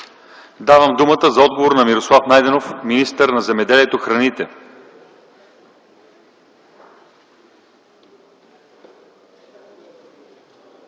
Давам думата за отговор на Мирослав Найденов – министър на земеделието и храните.